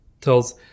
tells